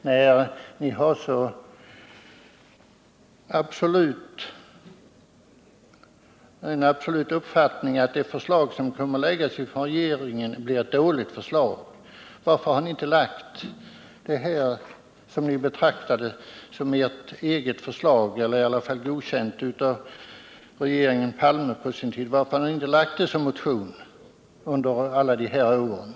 När ni har den absoluta uppfattningen att det förslag som kommer att framläggas av regeringen blir ett dåligt förslag, varför har ni då under alla dessa år inte i en motion lagt det förslag som ni betraktat som ert eget, eller i varje fall som godkänt av regeringen Palme på sin tid?